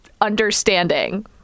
understanding